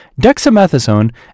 Dexamethasone